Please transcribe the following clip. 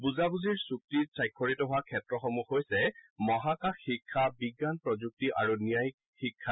বুজাবুজিৰ চুক্তিত স্বাক্ষৰিত হোৱা ক্ষেত্ৰসমূহ হৈছে মহাকাশ শিক্ষা বিজ্ঞান প্ৰযুক্তি আৰু ন্যায়িক শিক্ষা